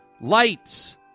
lights